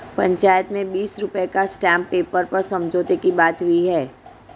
पंचायत में बीस रुपए का स्टांप पेपर पर समझौते की बात हुई है